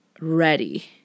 ready